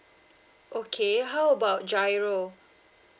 okay how about G_I_R_O